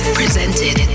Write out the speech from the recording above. presented